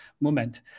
moment